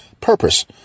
purpose